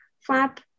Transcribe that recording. flap